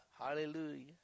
Hallelujah